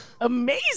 amazing